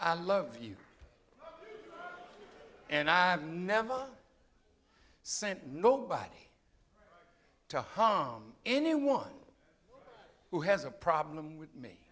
i love you and i've never sent nobody to hong anyone who has a problem with me